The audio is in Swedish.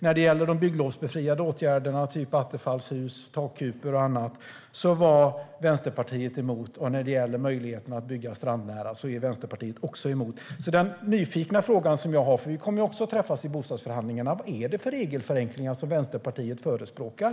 När det gäller de bygglovsbefriade åtgärderna, typ Attefallshus, takkupor och annat, var Vänsterpartiet emot, och när det gäller möjligheten att bygga strandnära är Vänsterpartiet också emot. Den nyfikna fråga jag har - vi kommer ju också att träffas i bostadsförhandlingarna - är därför: Vad är det för regelförenklingar Vänsterpartiet förespråkar?